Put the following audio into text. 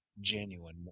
genuine